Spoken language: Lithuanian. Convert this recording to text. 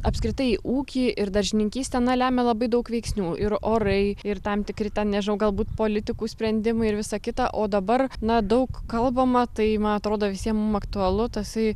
apskritai ūkį ir daržininkystę lemia labai daug veiksnių ir orai ir tam tikri ten nežinau galbūt politikų sprendimai ir visa kita o dabar na daug kalbama tai man atrodo visiem aktualu tasai